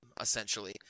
essentially